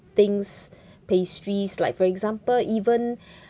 things pastries like for example even